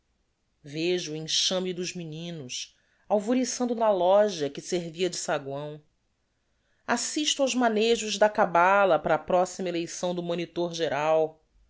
vejo o enxame dos meninos alvoriçando na loja que servia de saguão assisto aos manejos da cabala para a proxima eleição do monitor geral